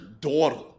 daughter